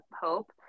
Hope